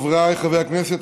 חבריי חברי הכנסת,